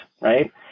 right